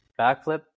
Backflip